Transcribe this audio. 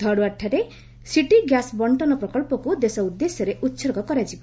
ଧରୱାଡଠାରେ city gas ବଣ୍ଟନ ପ୍ରକଳ୍ପକୁ ଦେଶ ଉଦ୍ଦେଶ୍ୟରେ ଉତ୍ସର୍ଗ କରାଯିବ